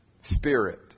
spirit